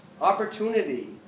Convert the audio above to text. Opportunity